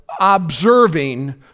observing